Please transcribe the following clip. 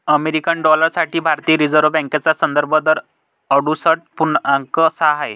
American dollar साठी भारतीय reserve बँकेचा संदर्भ दर अडुसष्ठ पूर्णांक सहा आहे